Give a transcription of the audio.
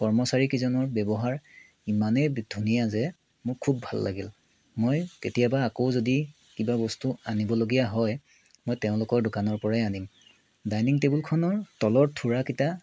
কৰ্মচাৰীকেইজনৰ ব্যৱহাৰ ইমানেই বি ধুনীয়া যে মোৰ খুব ভাল লাগিল মই কেতিয়াবা আকৌ যদি কিবা বস্তু আনিবলগীয়া হয় মই তেওঁলোকৰ দোকানৰ পৰাই আনিম ডাইনিং টেবুলখনৰ তলৰ থোৰাকেইটা